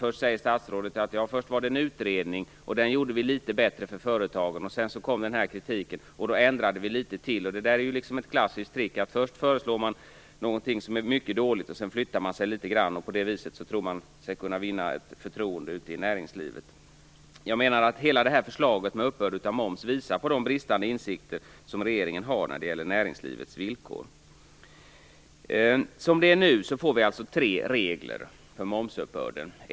Här säger statsrådet: Först var det en utredning och då gjorde vi det litet bättre för företagen, och sedan kom den här kritiken och då ändrade vi litet till. Det där är ett klassiskt trick: Först föreslår man någonting som är mycket dåligt och sedan ändrar man sig litet grand, och på det viset tror man sig kunna vinna ett förtroende ute i näringslivet. Jag menar att hela förslaget om uppbörd av moms visar på de bristande insikter som regeringen har när det gäller näringslivets villkor. Som det är nu får vi tre regler för momsuppbörd.